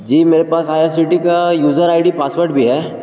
جی میرے پاس I R C T کا user I D password بھی ہے